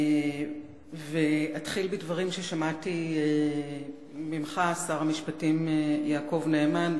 ואתחיל בדברים ששמעתי ממך, שר המשפטים יעקב נאמן.